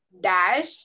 Dash